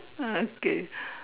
okay